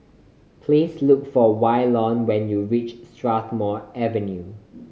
please look for Waylon when you reach Strathmore Avenue